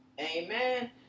Amen